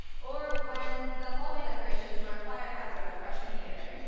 or when the hallway decorations, were a fire hazard our freshman year.